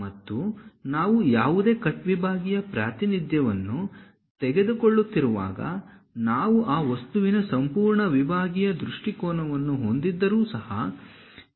ಮತ್ತು ನಾವು ಯಾವುದೇ ಕಟ್ ವಿಭಾಗೀಯ ಪ್ರಾತಿನಿಧ್ಯವನ್ನು ತೆಗೆದುಕೊಳ್ಳುತ್ತಿರುವಾಗ ನಾವು ಆ ವಸ್ತುವಿನ ಸಂಪೂರ್ಣ ವಿಭಾಗೀಯ ದೃಷ್ಟಿಕೋನವನ್ನು ಹೊಂದಿದ್ದರೂ ಸಹ ಈ ತೆಳುವಾದ ಭಾಗವನ್ನು ಹ್ಯಾಚ್ ಮಾಡಬಾರದು